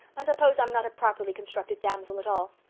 i suppose i'm not a properly constructed damsel at all.